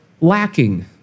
lacking